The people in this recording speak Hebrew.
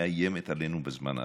מאיימת עלינו בזמן האחרון.